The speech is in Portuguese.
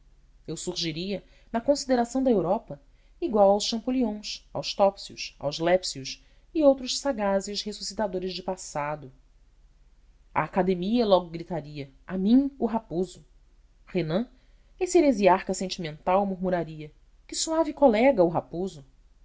eu surgiria na consideração da europa igual aos champollions aos topsius aos lepsius e outros sagazes ressuscitadores do passado a academia logo gritaria a mim o raposo renan esse heresiarca sentimental murmuraria que suave colega o raposo